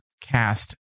cast